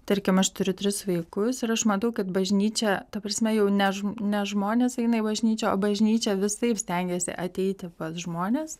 tarkim aš turiu tris vaikus ir aš matau kad bažnyčia ta prasme jau ne žmonės eina į bažnyčią o bažnyčia visaip stengėsi ateiti pas žmones